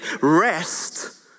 rest